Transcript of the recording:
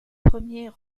premiers